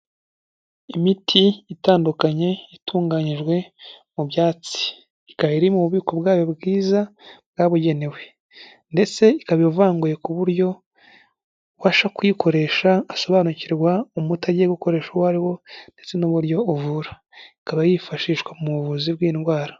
Imiti itandukanye, itunganyijwe mu byatsi, ikaba iri mu bubiko bwayo bwiza bwabugenewe, ndetse ikaba ivanguye ku buryo ubasha kuyikoresha asobanukirwa umuti agiye gukoresha uwo ariwo ndetse n'uburyo uvura, ikaba yifashishwa mu buvuzi bw'indwara.